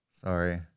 Sorry